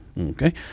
Okay